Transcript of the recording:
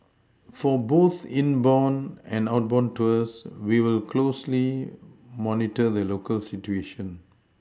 for both inbound and outbound tours we will closely monitor the local situation